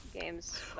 games